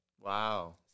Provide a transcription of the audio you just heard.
Wow